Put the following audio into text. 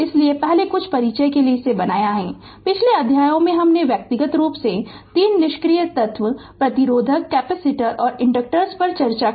इसलिए पहले कुछ परिचय इसके लिए बनाया है पिछले अध्यायों में हमने व्यक्तिगत रूप से 3 निष्क्रिय तत्व प्रतिरोधक कैपेसिटर और इंडक्टर्स पर विचार किया है